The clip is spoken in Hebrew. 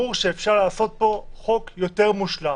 ברור שאפשר לעשות פה חוק יותר מושלם.